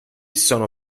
sono